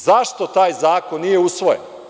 Zašto taj zakon nije usvojen?